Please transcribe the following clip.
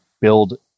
build